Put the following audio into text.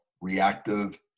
reactive